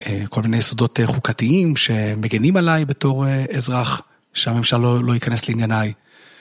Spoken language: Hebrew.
כל מיני יסודות חוקתיים שמגנים עליי בתור אזרח, שם אפשר לא להיכנס לענייניי.